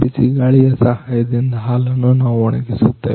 ಬಿಸಿ ಗಾಳಿಯ ಸಹಾಯದಿಂದ ಹಾಲನ್ನ ನಾವು ಒಣಗಿಸುತ್ತೇವೆ